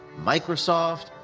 Microsoft